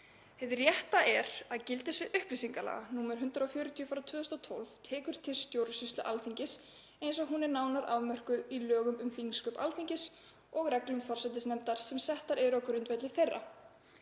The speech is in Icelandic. Hið rétta er að gildissvið upplýsingalaga, nr. 140/2012, tekur til stjórnsýslu Alþingis eins og hún er nánar afmörkuð í lögum um þingsköp Alþingis og reglum forsætisnefndar sem settar eru á grundvelli þeirra.